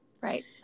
Right